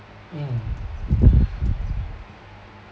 mm